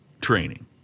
training